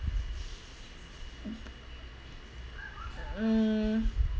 mm